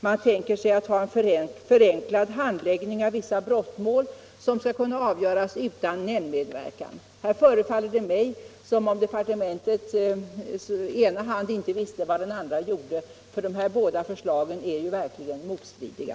Man tänker sig att ha en förenklad handläggning av vissa brottmål som skall kunna avgöras utan nämndmedverkan. Här förefaller det mig som om departementets ena hand inte visste vad den andra gjorde, för de här båda förslagen är ju verkligen motstridiga.